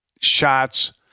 shots